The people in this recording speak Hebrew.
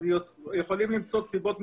אז יכולים למצוא סיבות משפטיות,